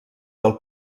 del